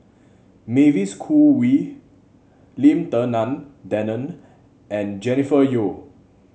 Mavis Khoo Wee Lim Denan Denon and Jennifer Yeo